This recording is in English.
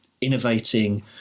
innovating